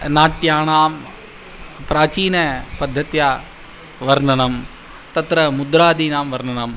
नाट्यानां प्राचीनपद्धत्या वर्णनं तत्र मुद्रादीनां वर्णनं